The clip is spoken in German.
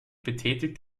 betätigt